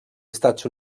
estats